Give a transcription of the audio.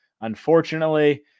unfortunately